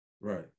Right